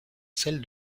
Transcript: celle